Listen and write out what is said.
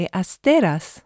asteras